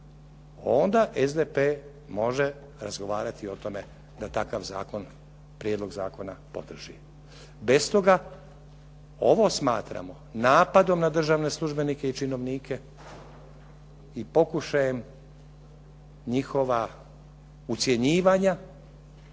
onda SDP može razgovarati o tome da takav prijedlog zakona podrži. Bez toga ovo smatramo napadom na državne službenike i činovnike i pokušajem njihova ucjenjivanja,